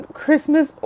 christmas